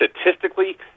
statistically